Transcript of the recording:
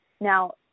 Now